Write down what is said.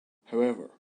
however